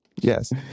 Yes